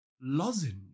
lozenge